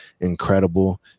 incredible